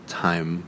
time